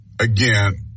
again